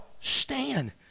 stand